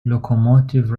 locomotive